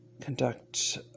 Conduct